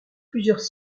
plusieurs